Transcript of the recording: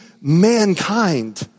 mankind